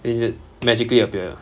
if it magically appear